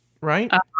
right